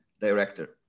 director